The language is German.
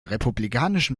republikanischen